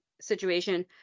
situation